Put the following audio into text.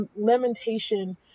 lamentation